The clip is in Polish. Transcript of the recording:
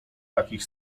takich